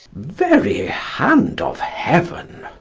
very hand of heaven.